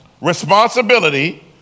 responsibility